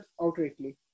outrightly